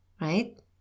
Right